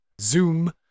Zoom